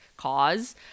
Cause